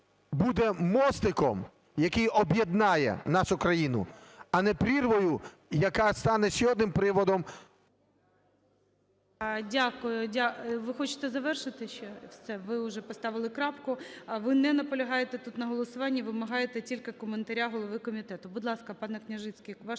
буде мостиком, який об'єднає нашу країну, а не прірвою, яка стане ще одним приводом…